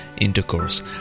intercourse